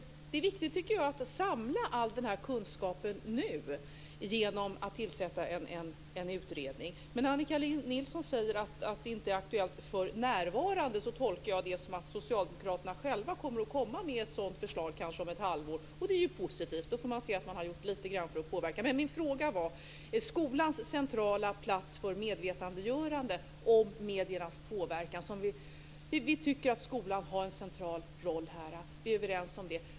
Det är viktigt, tycker jag, att samla all den här kunskapen nu genom att tillsätta en utredning. När Annika Nilsson säger att det inte är aktuellt "för närvarande" tolkar jag det som att socialdemokraterna själva kommer att komma med ett sådant förslag om kanske ett halvår, och det är ju positivt. Då kan man se att man gjort lite grann för att påverka. Men min fråga handlade om skolan som en central plats för medvetandegörande om mediernas påverkan. Vi tycker att skolan har en central roll här. Vi är överens om det.